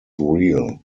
real